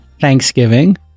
Thanksgiving